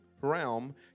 realm